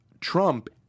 Trump